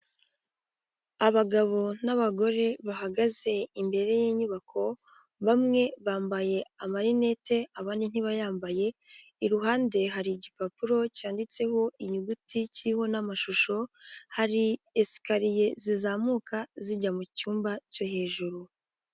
Abagabo n'abagore bahagaze imbere y'inyubako bamwe bambaye amarinete abandi ntibayambaye, iruhande hari igipapuro cyanditseho inyuguti kiriho n'amashusho, hari esikariye zizamuka zijya mu cyumba cyo hejuru.